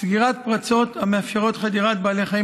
סגירת פרצות המאפשרות חדירת בעלי חיים